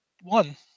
One